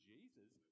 Jesus